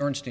ernst